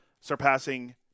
surpassing